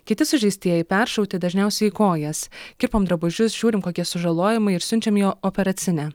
kiti sužeistieji peršauti dažniausiai į kojas kirpom drabužius žiūrim kokie sužalojimai ir siunčiam į o operacinę